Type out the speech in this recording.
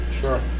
Sure